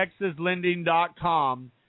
TexasLending.com